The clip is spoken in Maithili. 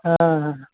हँ